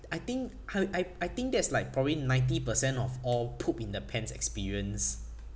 I think how I I think that's like probably ninety percent of all poop in the pants experience